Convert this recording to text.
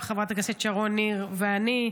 חברת הכנסת שרון ניר ואני,